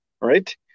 Right